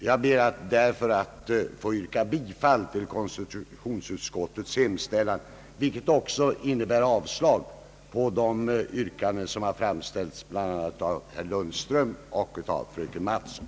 Jag ber därför att få yrka bifall till konstitutionsutskottets hemställan, vilket också innebär avslag på de yrkanden som har framställts bl.a. av herr Lundström och fröken Mattson.